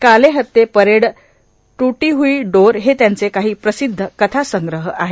कालेहथ्ये परेइ टूटी हुई डोर हे त्यांचे काही प्रसिद्ध कथासंग्रह आहेत